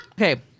Okay